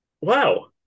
wow